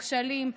הכשלים,